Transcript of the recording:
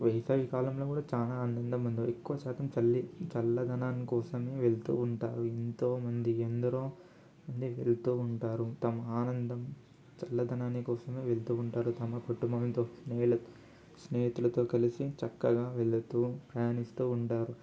వేసవికాలంలో కూడా చాలా ఆనందం ముందోయ్ ఎక్కువశాతం చలి చల్లదనం కోసమే వెళ్తూ ఉంటారు ఎంతోమంది ఎందరో మంది వెళ్తూ ఉంటారు తమ ఆనందం చల్లదనాని కోసమే వెళ్తూ ఉంటారు తమ కుటుంబంతోగానీ స్నేహితులతో కలిసి చక్కగా వెళుతూ ప్రయాణిస్తూ ఉంటారు